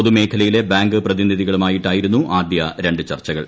പൊതുമേഖീലയിലെ bank പ്രതിനിധികളുമായിട്ടായിരുന്നു ആദ്യ ര്ണ്ട് ചർച്ചകൾ